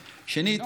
שנית,